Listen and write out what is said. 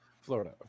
Florida